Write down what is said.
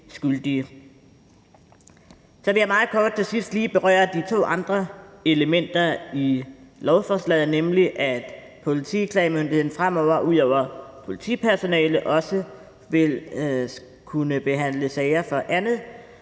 vil jeg meget kort til sidste lige berøre de to andre elementer i lovforslaget, nemlig at politiklagemyndigheden fremover ud over politipersonale også vil kunne behandle sager om andet